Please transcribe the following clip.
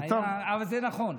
אבל זה נכון.